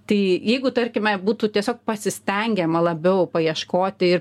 tai jeigu tarkime būtų tiesiog pasistengiama labiau paieškoti